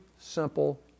simple